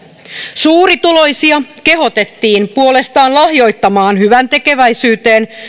suurituloisia kehotettiin puolestaan lahjoittamaan hyväntekeväisyyteen